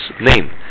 name